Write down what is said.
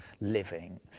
living